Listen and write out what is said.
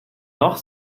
noch